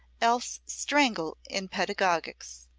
else strangle in pedagogics.